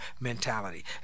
mentality